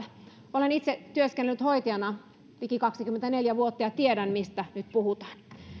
olen itse työskennellyt hoitajana liki kaksikymmentäneljä vuotta ja tiedän mistä nyt puhutaan